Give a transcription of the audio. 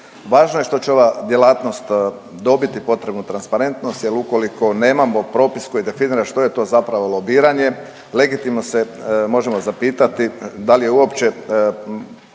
Važno je što će ova djelatnost dobiti potrebnu transparentnost jel ukoliko nemamo propis koji definira što je to zapravo lobiranje, legitimno se možemo zapitati da li je uopće,